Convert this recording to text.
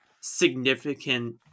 significant